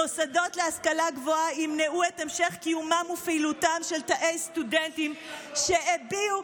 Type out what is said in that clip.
מוסדות להשכלה גבוהה ימנעו את המשך קיומם ופעילותם של תאי סטודנטים שהביעו